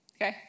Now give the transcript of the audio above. Okay